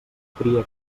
crie